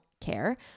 care